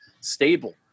stable